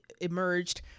emerged